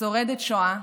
שורדת שואה,